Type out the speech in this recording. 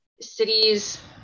cities